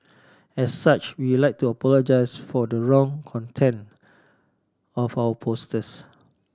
as such we'll like to apologise for the wrong content of our posters